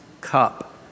cup